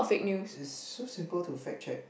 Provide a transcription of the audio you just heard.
it's so simple to fact check